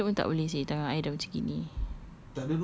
I nak cuci toilet pun tak boleh seh tangan I dah macam gini